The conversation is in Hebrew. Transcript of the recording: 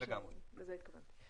לזה התכוונתי.